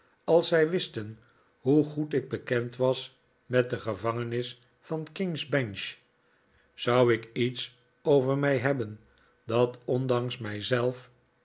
als zij wisten hoe goed ik bekend was met de gevangenis van king's bench zou ik iets over mij hebben dat ondanks